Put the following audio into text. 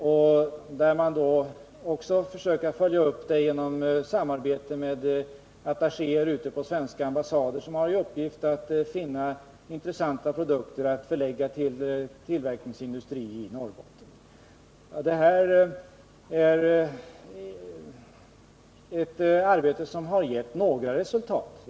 Man försöker också följa upp denna satsning genom samarbete med attachéer ute på de svenska ambassaderna, som har i uppgift att finna intressanta produkter att förlägga till tillverkningsindustrin i Norrbotten. Detta är ett arbete som har gett några resultat.